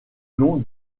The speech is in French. nom